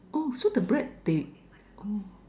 oh so the bread they oh